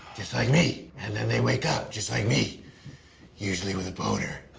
just like me and then they wake up, just like me usually with a boner.